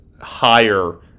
higher